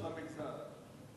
בתוך המגזר.